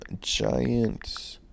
Giants